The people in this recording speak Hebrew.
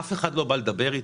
אף אחד לא בא לדבר איתי,